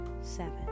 Seven